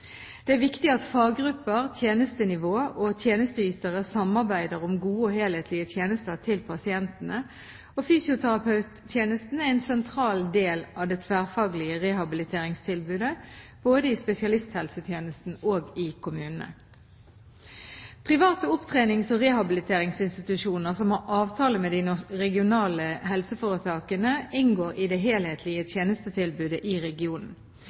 Det er viktig at faggrupper, tjenestenivåer og tjenesteytere samarbeider om gode og helhetlige tjenester til pasientene. Fysioterapitjenesten er en sentral del av det tverrfaglige rehabiliteringstilbudet – både i spesialisthelsetjenesten og i kommunene. Private opptrenings- og rehabiliteringsinstitusjoner som har avtale med de regionale helseforetakene, inngår i det helhetlige tjenestetilbudet i regionen.